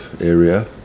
area